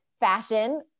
fashion